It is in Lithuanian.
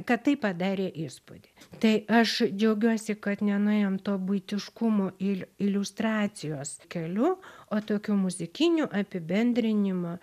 kad tai padarė įspūdį tai aš džiaugiuosi kad nenuėjom to buitiškumo il iliustracijos keliu o tokiu muzikiniu apibendrinimo